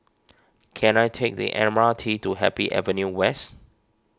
can I take the M R T to Happy Avenue West